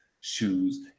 shoes